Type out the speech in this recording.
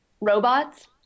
robots